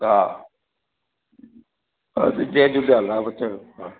हा हा जी जय झूलेलाल हा ॿुधायो हा